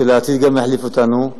שלעתיד גם יחליף אותנו.